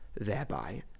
Thereby